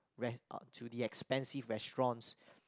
went out to the expensive restaurants